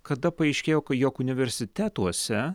kada paaiškėjo jog universitetuose